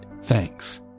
Thanks